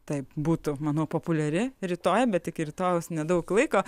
taip būtų manau populiari rytoj bet iki rytojaus nedaug laiko